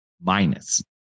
minus